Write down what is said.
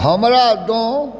हमरा तँ